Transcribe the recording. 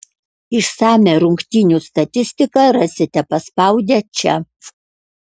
išsamią rungtynių statistiką rasite paspaudę čia